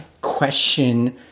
question